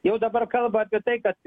jau dabar kalba apie tai kad